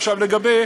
עכשיו, לגבי